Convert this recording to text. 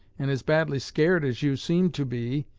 and as badly scared as you seem to be,